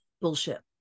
Bullshit